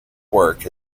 work